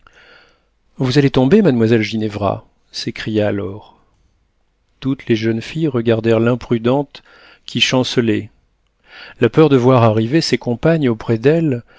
vous allez tomber mademoiselle ginevra s'écria laure toutes les jeunes filles regardèrent l'imprudente qui chancelait la peur de voir arriver ses compagnes auprès d'elle